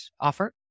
offer